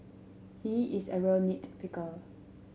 he is a real nit picker